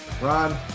Ron